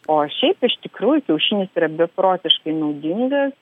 o šiaip iš tikrųjų kiaušinis yra beprotiškai naudingas